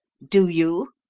do you?